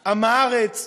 עם הארץ,